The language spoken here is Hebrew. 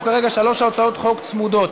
יש לנו כאן שלוש הצעות חוק צמודות.